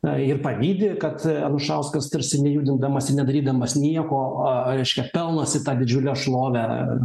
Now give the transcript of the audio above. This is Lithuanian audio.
na ir pavydi kad aršauskas tarsi nejudindamas nedarydamas nieko reiškia pelnosi tą didžiulę šlovę